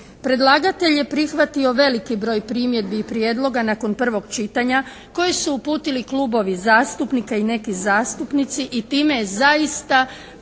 Predlagatelj je prihvatio veliki broj primjedbi i prijedloga nakon prvog čitanja koje su uputili klubovi zastupnika i neki zastupnici i time je zaista poboljšan